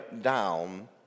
down